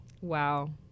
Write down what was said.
Wow